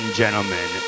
gentlemen